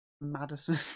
Madison